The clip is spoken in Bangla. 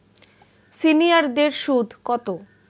সিনিয়ারদের সুদ কত?